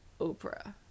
Oprah